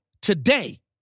today